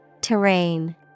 Terrain